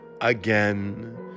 again